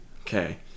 Okay